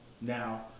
now